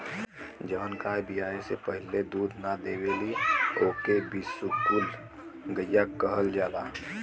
जवन गाय बियाये से पहिले दूध ना देवेली ओके बिसुकुल गईया कहल जाला